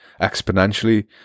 exponentially